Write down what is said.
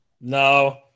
No